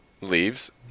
leaves